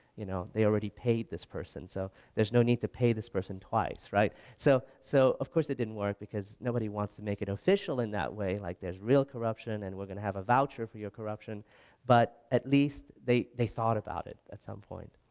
you know they already paid this person, so there's no need to pay this person twice so so, of course it didn't work because nobody wants to make it official in that way like there's real corruption and we're going to have a voucher for your corruption but at least they they thought about it at some point.